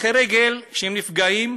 כשהולכי הרגל נפגעים,